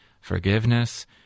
forgiveness